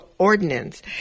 Ordinance